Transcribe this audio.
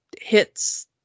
hits